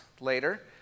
later